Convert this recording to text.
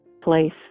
place